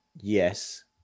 Yes